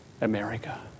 America